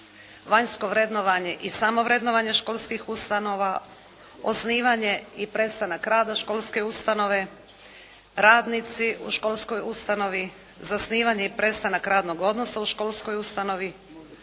Vanjsko vrednovanje i samovrednovanje školskih ustanova, Osnivanje i prestanak rada školske ustanove, Radnici u školskoj ustanovi, Zasnivanje i prestanak radnog odnosa u školskoj ustanovi,